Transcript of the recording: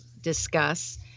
discuss